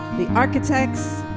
the architects,